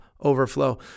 overflow